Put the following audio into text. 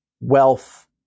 wealth